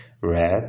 red